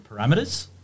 parameters